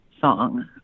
song